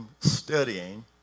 studying